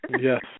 Yes